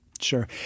Sure